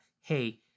hey